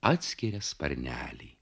atskiria sparnelį